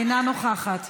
אינה נוכחת,